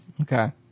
Okay